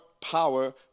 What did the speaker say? power